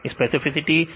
विद्यार्थी स्पेसिफिसिटी